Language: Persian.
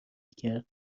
کرد